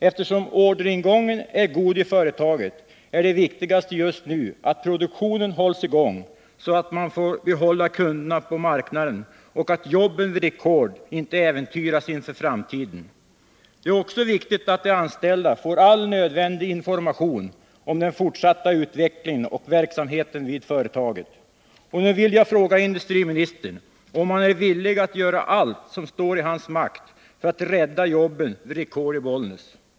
Eftersom orderingången är god vid företaget, är det viktigaste just nu att produktionen hålls i gång, så att man får behålla kunderna på marknaden och jobben vid Record AB inte äventyras inför framtiden. Det är också viktigt att de anställda får all nödvändig information om den fortsatta utvecklingen och verksamheten vid företaget. Jag vill fråga industriministern om han är villig att göra allt som står i hans makt för att rädda jobben vid Record i Bollnäs.